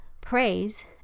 praise